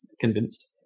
Convinced